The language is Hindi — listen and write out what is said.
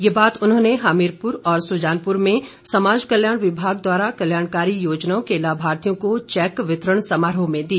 ये बात उन्होंने हमीरपुर और सुजानपुर में समाज कल्याण विभाग द्वारा कल्याणकारी योजनाओं के लाभार्थियों को चैक वितरण समारोह में दी